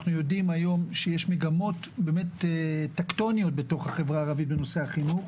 אנחנו יודעים היום שיש מגמות טקטוניות בתוך החברה בנושא החינוך.